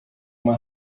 uma